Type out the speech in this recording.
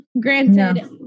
granted